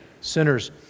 Sinners